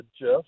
Jeff